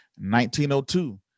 1902